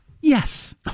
Yes